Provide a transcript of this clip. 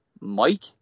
Mike